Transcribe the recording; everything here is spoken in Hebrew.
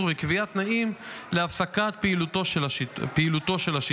וקביעת תנאים להפסקת פעילותו של השיטור.